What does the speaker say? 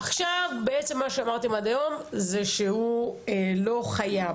עכשיו, בעצם מה שאמרתם עד היום זה שהוא לא חייב.